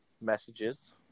messages